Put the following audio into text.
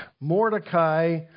Mordecai